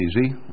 easy